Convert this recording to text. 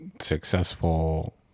successful